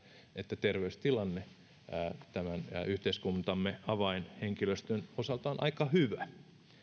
että terveystilanne tämän yhteiskuntamme avainhenkilöstön osalta on aika hyvä